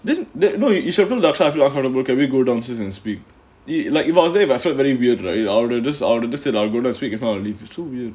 then that you know you should have told dakshar you feel uncomfortable can we go downstairs and speak like if I was there if I felt very weird right I will just I will just say I will go down speak if not I will leave it's so weird